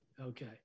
Okay